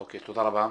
אוקי, תודה רבה.